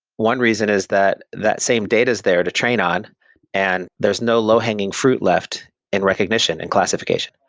one reason is that that same data is there to train on and there's no low-hanging fruit left in recognition and classification.